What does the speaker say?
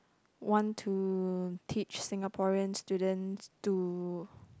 want to teach Singaporean students to